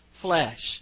flesh